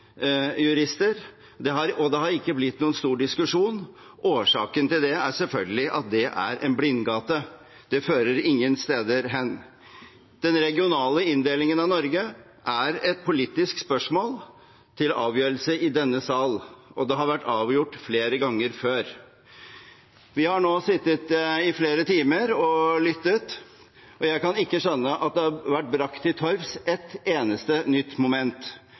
jurister, og det er ikke blitt noen stor diskusjon. Årsaken til det er selvfølgelig at det er en blindgate – det fører ingen steder hen. Denne regionale inndelingen av Norge er et politisk spørsmål til avgjørelse i denne sal, og det har vært avgjort flere ganger før. Vi har nå sittet i flere timer og lyttet, og jeg kan ikke skjønne at det har vært brakt til torgs ett eneste nytt moment